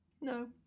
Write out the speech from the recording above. No